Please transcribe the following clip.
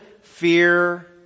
fear